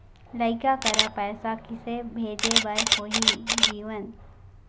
लइका करा पैसा किसे भेजे बार होही जीवन